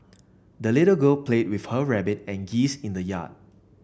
the little girl played with her rabbit and geese in the yard